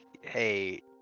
hey